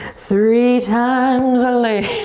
three times a lady.